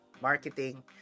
marketing